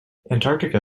antarctica